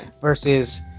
versus